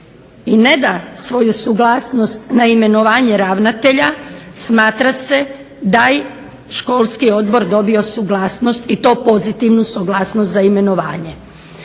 i ne da svoju suglasnost na imenovanje ravnatelja smatra se da je školski odbor dobio suglasnost i to pozitivnu suglasnost za imenovanje.